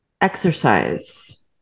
exercise